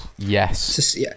Yes